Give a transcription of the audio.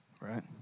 Right